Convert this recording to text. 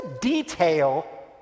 detail